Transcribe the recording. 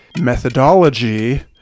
methodology